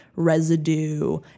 residue